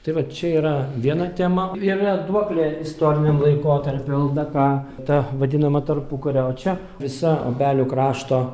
tai vat čia yra viena tema yra duoklė istoriniam laikotarpiu ldk ta vadinama tarpukario o čia visa obelių krašto